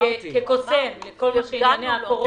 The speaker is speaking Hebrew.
כקוסם בכל ענייני הקורונה.